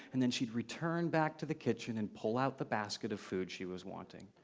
and then she'd return back to the kitchen and pull out the basket of food she was wanting.